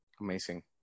Amazing